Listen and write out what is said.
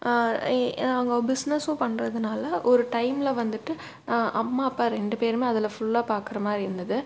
நாங்கள் பிஸ்னஸும் பண்ணுறதுனால ஒரு டைமில் வந்துட்டு அம்மா அப்பா ரெண்டு பேருமே அதில் ஃபுல்லாக பார்க்குற மாதிரி இருந்தது